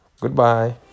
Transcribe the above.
Goodbye